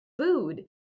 Food